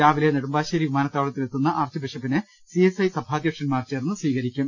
രാവിലെ നെടുമ്പാശ്ശേരി വിമാനത്താവളത്തിൽ എത്തുന്ന ആർച്ച് ബിഷപ്പിനെ സി എസ് ഐ സഭാധ്യക്ഷന്മാർ ചേർന്ന് സ്വീകരിക്കും